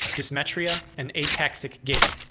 dysmetria, and ataxic gait.